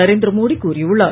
நரேந்திர மோடி கூறியுள்ளார்